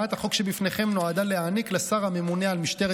הצעת החוק שבפניכם נועדה להעניק לשר הממונה על משטרת